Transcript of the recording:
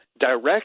direct